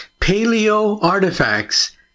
paleo-artifacts